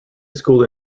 school